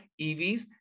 EVs